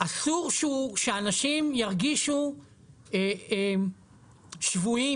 אסור שאנשים ירגישו שבויים